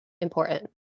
important